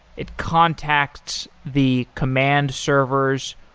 it contacts the command servers,